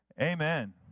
amen